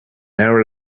hour